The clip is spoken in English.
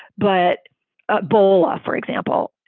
but a bowl, ah for example,